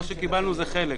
מה ששמענו זה חלק,